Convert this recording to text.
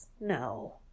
No